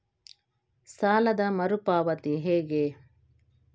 ಸಾಲದ ಮರು ಪಾವತಿ ಹೇಗೆ?